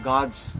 God's